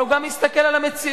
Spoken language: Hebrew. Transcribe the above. אבל הוא גם מסתכל על המציאות.